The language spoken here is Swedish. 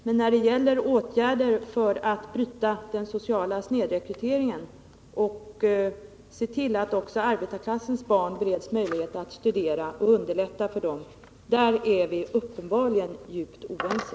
Men när det gäller åtgärder för att bryta den sociala snedrekryteringen och se till att också arbetarklassens barn bereds möjligheter att studera och underlätta för dem att göra det är vi uppenbarligen djupt oense.